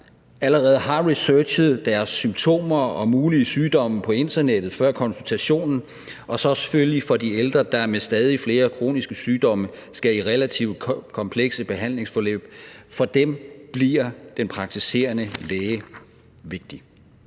allerede har researchet deres symptomer og mulige sygdomme på internettet før konsultationen, og så selvfølgelig for de ældre, der med stadig flere kroniske sygdomme skal i relativt komplekse behandlingsforløb – for dem bliver den praktiserende læge vigtig.